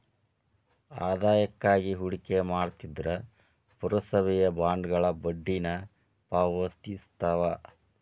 ಆದಾಯಕ್ಕಾಗಿ ಹೂಡಿಕೆ ಮಾಡ್ತಿದ್ರ ಪುರಸಭೆಯ ಬಾಂಡ್ಗಳ ಬಡ್ಡಿನ ಪಾವತಿಸ್ತವ